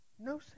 No